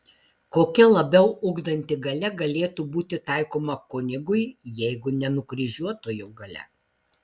kokia labiau ugdanti galia galėtų būti taikoma kunigui jeigu ne nukryžiuotojo galia